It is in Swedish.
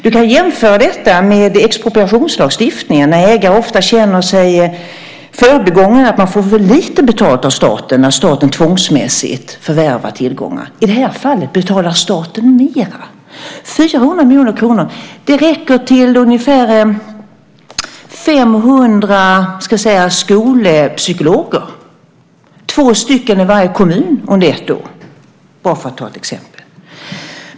Du kan jämföra detta med expropriationslagstiftningen när ägare ofta känner sig förbigångna och får för lite betalt av staten när staten tvångsmässigt förvärvar tillgångar. I det här fallet betalar staten mera. 400 miljoner kronor räcker till ungefär 500 skolpsykologer, två stycken i varje kommun under ett år, för att bara ta ett exempel.